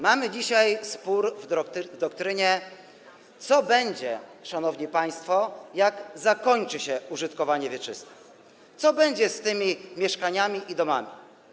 Mamy dzisiaj spór w doktrynie, co będzie, szanowni państwo, jak zakończy się użytkowanie wieczyste, co będzie z tymi mieszkaniami i domami.